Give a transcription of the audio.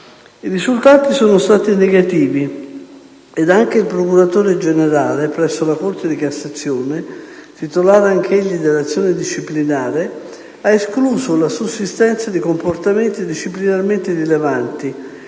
I risultati sono stati negativi, e anche il procuratore generale presso la Corte di cassazione, titolare anche egli dell'azione disciplinare, ha escluso la sussistenza di comportamenti disciplinarmente rilevanti,